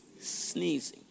sneezing